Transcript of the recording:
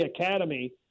Academy